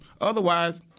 Otherwise